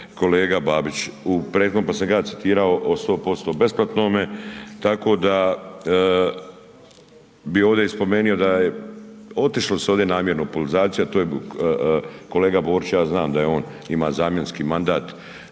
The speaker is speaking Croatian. Kolega Babić u prethodnom pa sam ja ga citirao o 100% besplatnome tako da bi ovdje i spomenuo da je otišlo se ovdje namjerno u politizaciju a to je kolega Borić, ja znam da on ima zamjenski mandat,